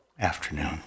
afternoon